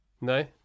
No